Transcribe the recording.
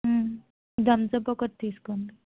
Thums Up ఒకటి తీసుకోండి